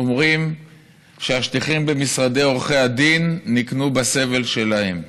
אומרים שהשטיחים במשרדי עורכי הדין נקנו בסבל שלהם